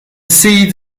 seeds